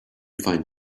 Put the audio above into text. find